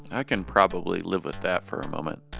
i can probably live with that for a moment,